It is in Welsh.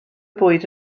bwyd